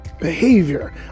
behavior